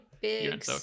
big